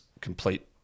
complete